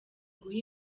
guha